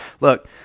Look